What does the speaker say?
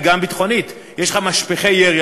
היא גם ביטחונית: יש משפכי ירי,